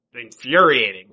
infuriating